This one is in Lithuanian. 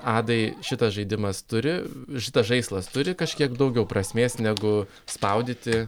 adai šitas žaidimas turi šitas žaislas turi kažkiek daugiau prasmės negu spaudyti